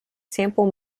sample